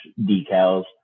decals